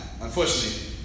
unfortunately